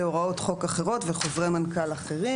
הוראות חוק אחרות וחוזרי מנכ"ל אחרים.